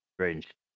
strange